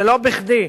ולא בכדי,